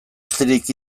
astirik